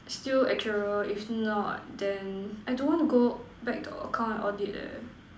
still actuarial if not then I don't want to go back to account and audit eh